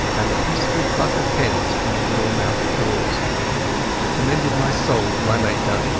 and the peaceful cluck of hens from the warm out-of-doors. i commended my soul to my maker,